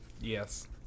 Yes